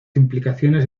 implicaciones